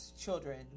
children